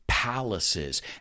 Palaces